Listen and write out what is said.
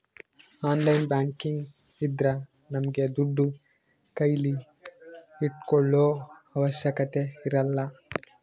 online banking ಇದ್ರ ನಮ್ಗೆ ದುಡ್ಡು ಕೈಲಿ ಇಟ್ಕೊಳೋ ಅವಶ್ಯಕತೆ ಇರಲ್ಲ